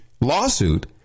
lawsuit